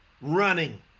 running